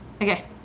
Okay